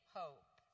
hope